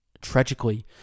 Tragically